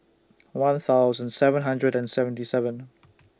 one thousand seven hundred and seventy seven